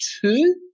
two